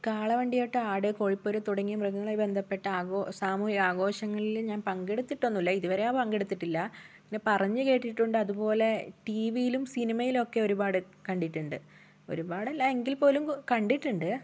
കാളവണ്ടിയോട്ടം ആട് കോഴിപ്പോര് തുടങ്ങിയ മൃഗങ്ങളുമായി ബന്ധപ്പെട്ട സാമൂഹിക ആഘോഷങ്ങളിൽ ഞാൻ പങ്കെടുത്തിട്ടൊന്നുമില്ല ഇതുവരെയോ പങ്കെടുത്തിട്ടില്ല ഇങ്ങനെ പറഞ്ഞ് കേട്ടിട്ടുണ്ട് അതുപോലെ ടി വിയിലും സിനിമയിലും ഒക്കെ ഒരുപാട് കണ്ടിട്ടുണ്ട് ഒരുപാടല്ല എങ്കിൽപ്പോലും കണ്ടിട്ടുണ്ട്